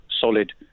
solid